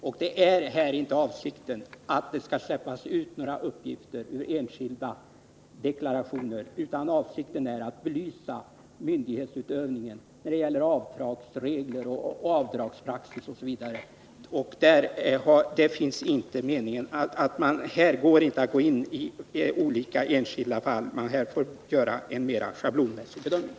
Avsikten är inte att det skall släppas ut några uppgifter ur enskilda deklarationer, utan avsikten är att belysa myndighetsutövningen när det gäller avdragsregler, avdragspraxis, osv. Det är inte meningen att man skall gå in i olika enskilda fall, utan man får här göra en mera schablonmässig bedömning.